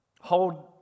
hold